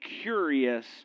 curious